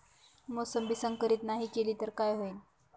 मोसंबी संकरित नाही केली तर काय होईल?